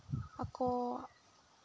ᱟᱠᱚ